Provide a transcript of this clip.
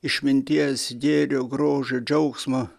išminties gėrio grožio džiaugsmo